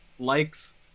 likes